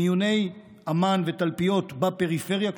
מיוני אמ"ן ותלפיות בפריפריה,